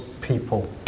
people